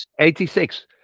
86